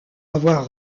avoir